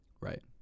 Right